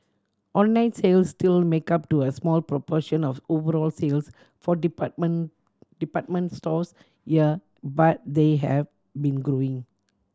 online sales still make up to a small proportion of overall sales for department department stores here but they have been growing